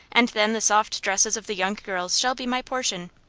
and then the soft dresses of the young girls shall be my portion.